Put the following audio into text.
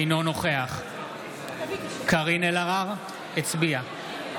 אינו נוכח קארין אלהרר הצביעה